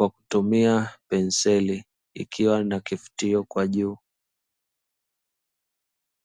akitumia penseli ikiwa na kifutio kwa juu.